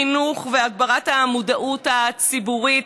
חינוך והגברת המודעות הציבורית